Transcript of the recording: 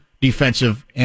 defensive